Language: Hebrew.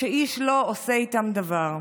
שאיש לא עושה איתם דבר.